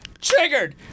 triggered